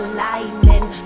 lightning